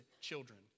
children